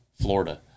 Florida